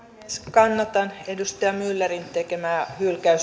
kannatan edustaja myllerin tekemää hylkäys